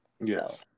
yes